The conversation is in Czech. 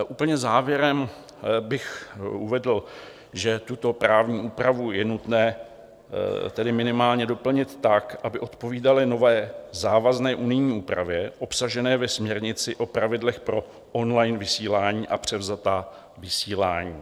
Úplně závěrem bych uvedl, že tuto právní úpravu je nutné tedy minimálně doplnit tak, aby odpovídala nové závazné unijní úpravě obsažené ve směrnici o pravidlech pro online vysílání a převzatá vysílání.